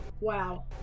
Wow